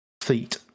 feet